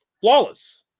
Flawless